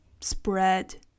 spread